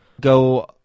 go